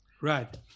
Right